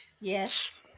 yes